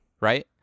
right